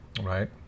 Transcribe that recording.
right